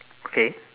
okay